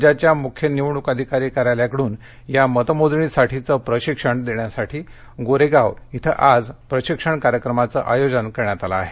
राज्याघ्या मुख्य निवडणूक अधिकारी कार्यालयाकडून या मतमोजणीसाठीचं प्रशिक्षण देण्यासाठी गोरेगाव इथं आज प्रशिक्षण कार्यक्रमाचं आयोजन करण्यात आलं आहे